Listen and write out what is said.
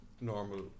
normal